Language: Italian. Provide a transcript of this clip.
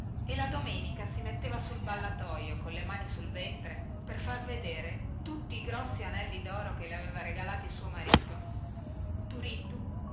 e la domenica si metteva sul ballatoio colle mani sul ventre per far vedere tutti i grossi anelli doro che le aveva regalati suo marito turiddu